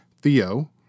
Theo